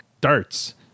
darts